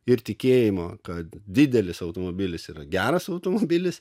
ir tikėjimo kad didelis automobilis yra geras automobilis